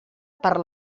per